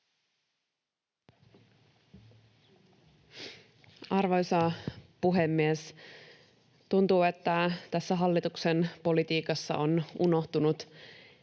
Arvoisa puhemies! Tuntuu, että tässä hallituksen politiikassa on unohtunut